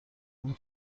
اون